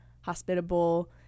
hospitable